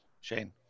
Shane